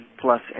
plus